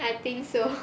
I think so